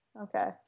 Okay